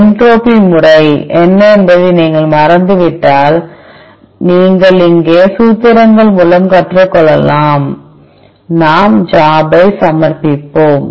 entropy முறை என்ன என்பதை நீங்கள் மறந்துவிட்டால் நீங்கள் இங்கே சூத்திரங்கள் மூலம் கற்றுக்கொள்ளலாம் நாம் ஜாப்பை சமர்ப்பிப்போம்